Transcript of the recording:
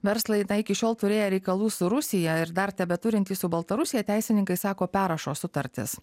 verslai na iki šiol turėję reikalų su rusija ir dar tebeturintys su baltarusija teisininkai sako perrašo sutartis